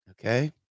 Okay